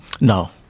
No